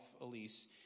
elise